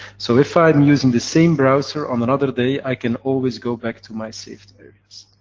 so if i am using the same browser on another day, i can always go back to my saved areas.